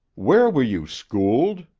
where were you schooled?